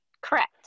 correct